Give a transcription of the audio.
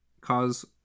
cause